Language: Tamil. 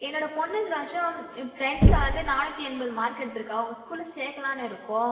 என்னோடய பொண்ணு இந்த வருஷம் டென்த்தில் வந்து நானூற்றி எண்பது மார்க் எடுத்துருக்கா உங்கள் ஸ்கூல்லில் சேர்க்கலானு இருக்கோம்